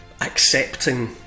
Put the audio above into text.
accepting